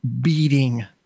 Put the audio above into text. beating